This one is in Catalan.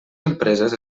empreses